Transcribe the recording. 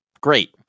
Great